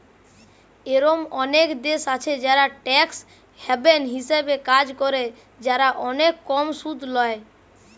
এরোম অনেক দেশ আছে যারা ট্যাক্স হ্যাভেন হিসাবে কাজ করে, যারা অনেক কম সুদ ল্যায়